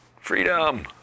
Freedom